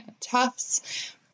Tufts